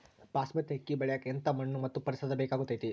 ಬಾಸ್ಮತಿ ಅಕ್ಕಿ ಬೆಳಿಯಕ ಎಂಥ ಮಣ್ಣು ಮತ್ತು ಪರಿಸರದ ಬೇಕಾಗುತೈತೆ?